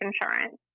insurance